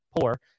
poor